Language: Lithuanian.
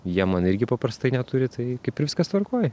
jie man irgi paprastai neturi tai kaip ir viskas tvarkoj